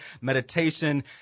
meditation